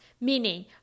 Meaning